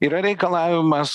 yra reikalavimas